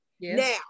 Now